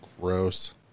Gross